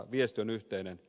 lisää työtä